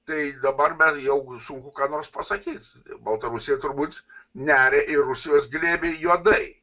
tai dabar man jau sunku ką nors pasakyt baltarusija turbūt neria į rusijos glėbį juodai